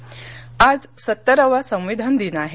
संविधान दिन आज सत्तरावा संविधान दिन आहे